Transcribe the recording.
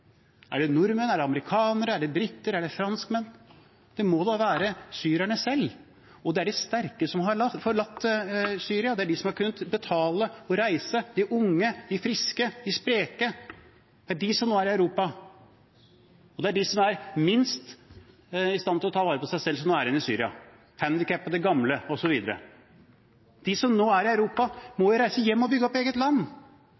Er det nordmenn, er det amerikanere, er det briter, er det franskmenn? Det må da være syrerne selv. Og det er de sterke som har forlatt Syria, det er de som har kunnet betale og reise: de unge, de friske, de spreke. Det er de som er i Europa, mens det er de som er minst i stand til å ta vare på seg selv, som er igjen i Syria – handikappede, gamle osv. De som nå er i Europa, må jo reise hjem og bygge opp eget land,